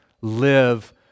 live